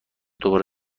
دوباره